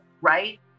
Right